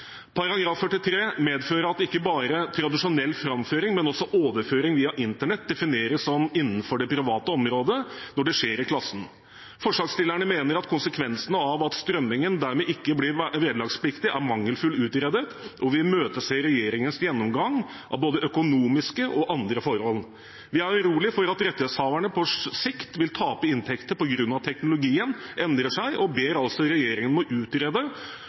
Paragraf 43 medfører at ikke bare tradisjonell framføring, men også overføring via internett defineres å være innenfor det private området når det skjer i klassen. Forslagsstillerne mener at konsekvensene av at strømmingen dermed ikke blir vederlagspliktig, er mangelfullt utredet, og vi imøteser regjeringens gjennomgang av både økonomiske og andre forhold. Vi er urolige for at rettighetshaverne på sikt vil tape inntekter på grunn av at teknologien endrer seg, og ber regjeringen om å utrede